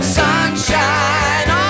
sunshine